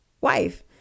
wife